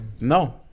No